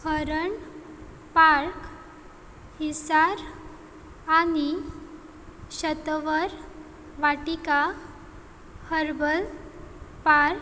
हरण पार्क हिसार आनी Shatavar Vatika herbal park